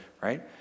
right